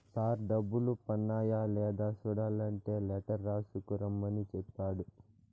sir డబ్బులు పన్నాయ లేదా సూడలంటే లెటర్ రాసుకు రమ్మని సెప్పాడు